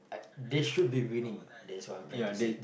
they should be winning that's what I'm trying to say